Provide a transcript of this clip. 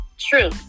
True